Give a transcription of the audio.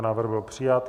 Návrh byl přijat.